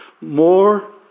More